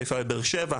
חיפה ובאר שבע,